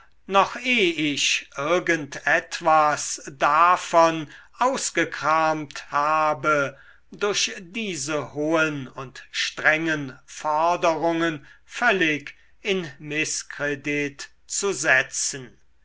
noch eh ich irgend etwas davon ausgekramt habe durch diese hohen und strengen forderungen völlig in mißkredit zu setzen